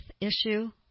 issue